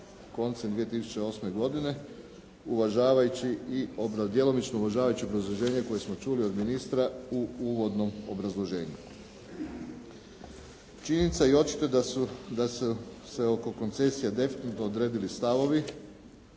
koncem 2008. godine uvažavajući i djelomično uvažavajući obrazloženje koje smo čuli od ministra u uvodnom obrazloženju. Činjenica je očito da su se oko koncesija definitivno odredili stavovi